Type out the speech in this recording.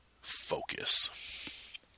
Focus